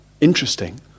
interesting